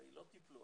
הרי לא טיפלו,